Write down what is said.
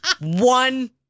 One